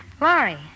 Laurie